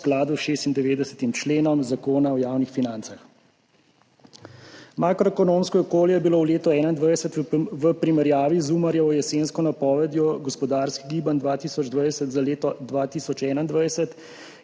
skladu s 96. členom Zakona o javnih financah. Makroekonomsko okolje je bilo v letu 2021 v primerjavi z Umarjevo jesensko napovedjo gospodarskih gibanj 2020 za leto 2021,